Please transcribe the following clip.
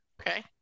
Okay